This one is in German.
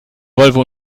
volvo